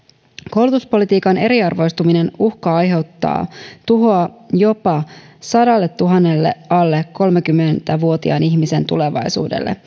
koulutuspolitiikan eriarvoistuminen uhkaa aiheuttaa tuhoa jopa sadantuhannen alle alle kolmekymmentä vuotiaan ihmisen tulevaisuudelle